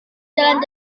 jalan